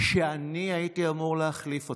שאני הייתי אמור להחליף אותו,